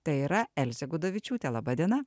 tai yra elzė gudavičiūtė laba diena